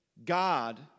God